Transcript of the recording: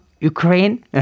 ukraine